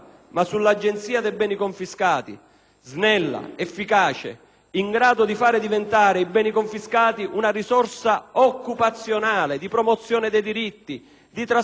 snella, efficace, in grado di far diventare i beni confiscati una risorsa occupazionale, di promozione dei diritti, di trasformazione positiva del territorio.